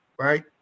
right